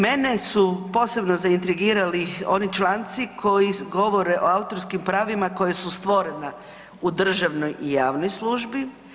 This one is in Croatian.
Mene su posebno zaintrigirali oni članci koji govore o autorskim pravima koja su stvorena u državnoj i javnoj službi.